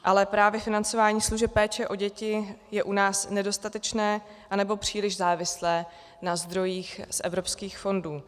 Ale právě financování služeb péče o děti je u nás nedostatečné, anebo příliš závislé na zdrojích z evropských fondů.